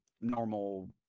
normal